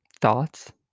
thoughts